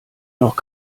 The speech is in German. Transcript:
noch